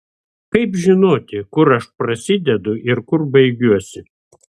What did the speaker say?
kaip žinoti kur aš prasidedu ir kur baigiuosi